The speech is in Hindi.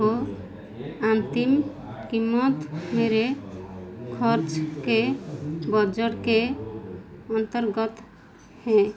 की अंतिम क़ीमत मेरे ख़र्च के बजट के अंतर्गत है